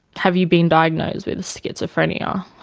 have you been diagnosed with schizophrenia?